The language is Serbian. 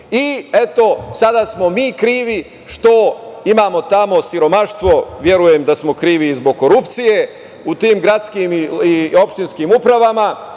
i eto sada smo mi krivi što imamo tamo siromaštvo. Verujem da smo krivi i zbog korupcije u tim gradskim i opštinskim upravama